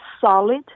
solid